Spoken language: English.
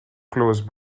close